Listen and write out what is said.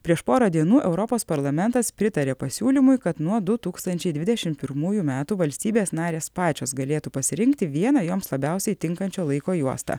prieš porą dienų europos parlamentas pritarė pasiūlymui kad nuo du tūkstančiai dvidešim pirmųjų metų valstybės narės pačios galėtų pasirinkti vieną joms labiausiai tinkančio laiko juostą